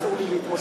אסור לי להתמודד?